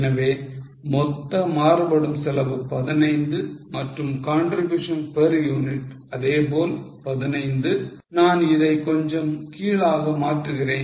எனவே மொத்த மாறுபடும் செலவு 15 மற்றும் contribution per unit அதேபோல் 15 நான் இதை கொஞ்சம் கீழாக மாற்றுகிறேன்